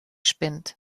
spinnt